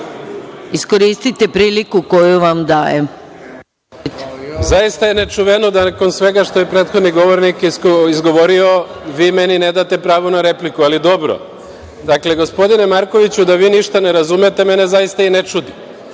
Izvolite. **Nemanja Šarović** Zaista je nečuveno da nakon svega što je prethodni govornik izgovorio vi meni ne date pravo na repliku, ali dobro. Dakle, gospodine Markoviću, da vi ništa ne razumete mene zaista i ne čudi.